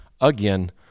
again